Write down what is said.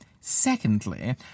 Secondly